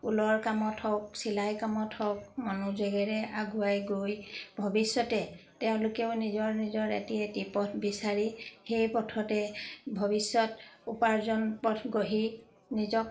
ঊলৰ কামত হওক চিলাই কামত হওক মনোযোগেৰে আগুৱাই গৈ ভৱিষ্যতে তেওঁলোকেও নিজৰ নিজৰ এটি এটি পথ বিচাৰি সেই পথতে ভৱিষ্যত উপাৰ্জন পথ গঢ়ি নিজক